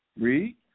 Read